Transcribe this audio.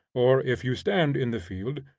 or, if you stand in the field,